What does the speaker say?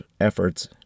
efforts